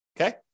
Okay